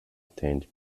contained